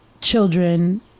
children